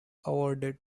awarded